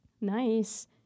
nice